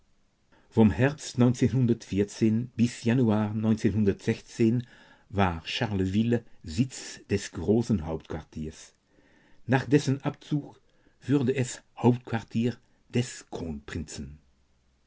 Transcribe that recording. vom herbst bis januar war charleville sitz des großen hauptquartiers nach dessen abzug wurde es hauptquartier des kronprinzen